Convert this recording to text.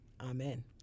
Amen